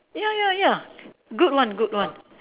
ya ya ya good one good one